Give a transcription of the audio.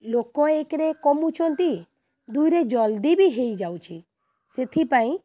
ଲୋକ ଏକରେ କମୁଛନ୍ତି ଦୁଇରେ ଜଲଦି ବି ହୋଇଯାଉଛି ସେଥିପାଇଁ